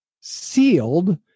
sealed